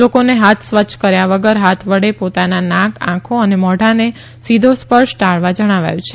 લોકોને હાથ સ્વચ્છ કર્યા વગર હાથ વડે પોતાના નાક આંખો અને મોઢાનો સીધો સ્પર્શ ટાળવા જણાવાયું છે